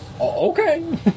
Okay